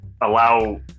allow